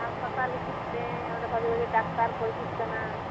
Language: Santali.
ᱦᱟᱥᱯᱟᱛᱟᱞ ᱦᱤᱡᱩᱜ ᱯᱮ ᱚᱰᱮ ᱵᱷᱟᱹᱜᱤ ᱵᱷᱟᱹᱜᱤ ᱰᱟᱠᱛᱟᱨ ᱠᱚ ᱦᱤᱡᱩᱜ ᱠᱟᱱᱟ